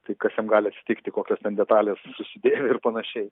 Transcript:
tai kas jam gali atsitikti kokios ten detalės susidėvi ir panašiai